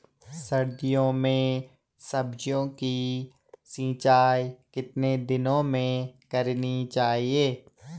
सर्दियों में सब्जियों की सिंचाई कितने दिनों में करनी चाहिए?